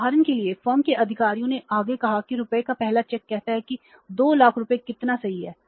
उदाहरण के लिए फर्म के अधिकारों ने आगे कहा कि रुपए का पहला चेक कहता है कि 2 लाख रुपए कितना सही है